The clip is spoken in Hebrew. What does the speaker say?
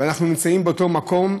ואנחנו נמצאים באותו מקום.